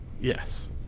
Yes